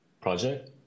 project